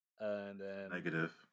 Negative